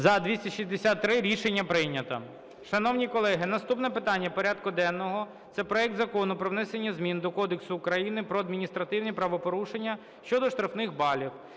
За-263 Рішення прийнято. Шановні колеги, наступне питання порядку денного – це проект Закону про внесення змін до Кодексу України про адміністративні правопорушення щодо штрафних балів